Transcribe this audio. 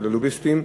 של הלוביסטים.